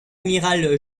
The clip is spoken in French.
amiral